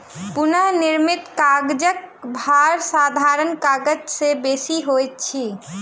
पुनःनिर्मित कागजक भार साधारण कागज से बेसी होइत अछि